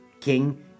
King